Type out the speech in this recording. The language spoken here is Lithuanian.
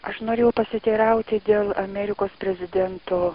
aš norėjau pasiteirauti dėl amerikos prezidento